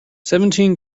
seventeen